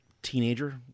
teenager